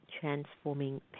transforming